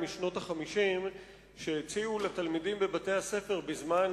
משנות ה-50 שהציעו לתלמידים בבתי-הספר בזמן